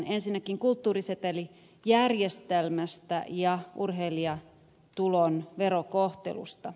ensinnäkin kulttuurisetelijärjestelmästä ja urheilijatulon verokohtelusta